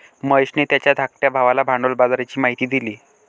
महेशने त्याच्या धाकट्या भावाला भांडवल बाजाराची माहिती दिली